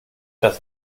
das